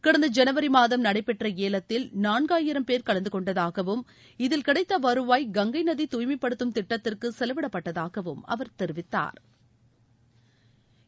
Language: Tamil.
கடந்த ஜனவரிமாதம் நடைபெற்றஏலத்தில் நான்காயிரம் பேர் கலந்தகொண்டதாகவும் இதில் கிடைத்தவருவாய் கங்கைநதி தூய்மைப்படுத்தும் திட்டத்திற்குசெலவிடப்பட்டதாகவும் அவர் தெரிவித்தாா்